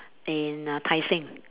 in Tai-Seng